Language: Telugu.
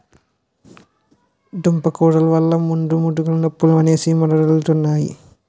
దుంపకూరలు వల్ల ముడుకులు నొప్పులు అనేసి ముదరోలంతన్నారు